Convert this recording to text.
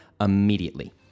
immediately